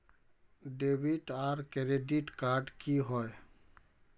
Debit आर credit card की होय?